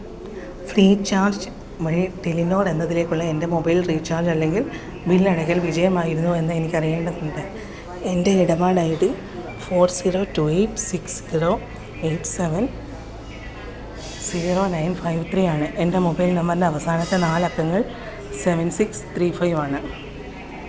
Freecharge വഴി Telenor എന്നതിലേക്കുള്ള എൻ്റെ മൊബൈൽ റീചാർജ് അല്ലെങ്കിൽ ബിൽ അടയ്ക്കൽ വിജയമായിരുന്നോ എന്ന് എനിക്ക് അറിയേണ്ടതുണ്ട് എൻ്റെ ഇടപാടയ് D four zero two eight six zero eight seven zero nine five three ആണ് എൻ്റെ മൊബൈൽ നമ്പറിൻ്റെ അവസാനത്തെ നാലക്കങ്ങൾ സെവൺ സിക്സ് ത്രീ ഫൈവാണ്